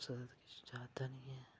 कुसै दा ते किश जा'रदा नी ऐ